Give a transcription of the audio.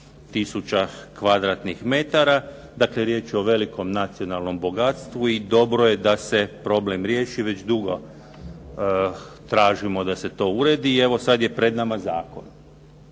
tisuća kvadratnog metara, dakle riječ je o velikom nacionalnom bogatstvu. I dobro je da se problem riješi. Već dugo tražimo da se to uredi i evo sada je pred nama zakon.